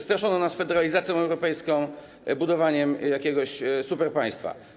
Straszono nas federalizacją europejską, budowaniem jakiegoś superpaństwa.